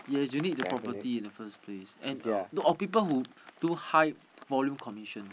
yes you need the property in the first place and or people who too high volume commission